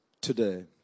today